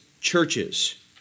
churches